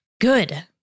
good